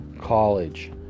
college